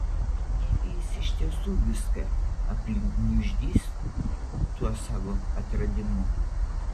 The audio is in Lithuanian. negi jis iš tiesų viską aplink gniuždys tuo savo atradimu